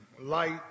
Light